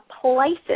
places